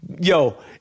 Yo